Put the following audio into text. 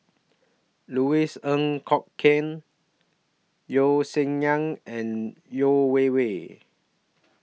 Louis Ng Kok Kwang Yeo Song Nian and Yeo Wei Wei